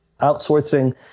outsourcing